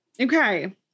Okay